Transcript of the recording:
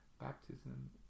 Baptism